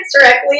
directly